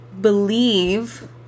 believe